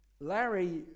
Larry